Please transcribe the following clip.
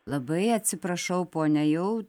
labai atsiprašau ponia jau